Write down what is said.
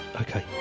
okay